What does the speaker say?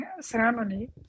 ceremony